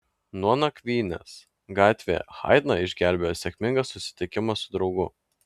nuo nakvynės gatvėje haidną išgelbėjo sėkmingas susitikimas su draugu